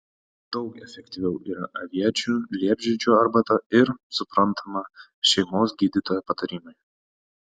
daug efektyviau yra aviečių liepžiedžių arbata ir suprantama šeimos gydytojo patarimai